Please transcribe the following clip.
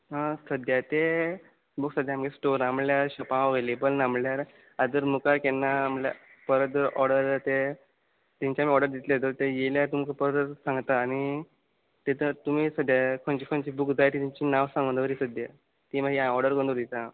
आं सद्याक ते बूक सद्याक आमगे स्टोरा म्हणल्या शॉपा अवेलेबल ना म्हणल्यार आदर बुकां केन्ना म्हणल्यार परत ऑर्डर ते तेंच्यान ऑर्डर दित्ले द ते येल्या तुमकां परत सांगता आनी ते त तुमी सद्याक खंयची खंयची बूक जाय ते तेंची नांव सांगून दवरी सद्याक तीं मागी हांव ऑडर करून दवरिता